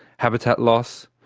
habitat loss,